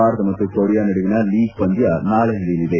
ಭಾರತ ಮತ್ತು ಕೊರಿಯಾ ನಡುವಿನ ಲೀಗ್ ಪಂದ್ಯ ನಾಳೆ ನಡೆಯಲಿದೆ